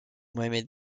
mohammed